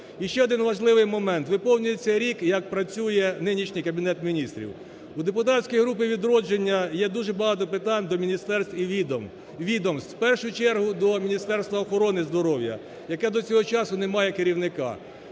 І ще один важливий момент. Виповнюється рік, як працює нинішній Кабінет Міністрів. У депутатської групи "Відродження" є дуже багато питань до міністерств і відомств. В першу чергу до Міністерства охорони здоров'я, яке до цього часу не має керівника.